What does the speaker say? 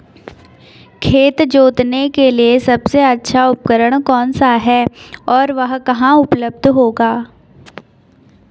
खेत जोतने के लिए सबसे अच्छा उपकरण कौन सा है और वह कहाँ उपलब्ध होगा?